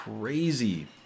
crazy